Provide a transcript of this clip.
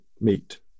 meet